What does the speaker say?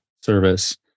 service